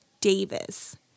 Davis